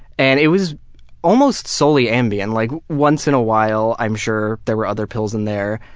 and it was almost solely ambien. like once in a while i'm sure there were other pills in there,